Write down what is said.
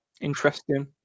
interesting